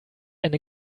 eine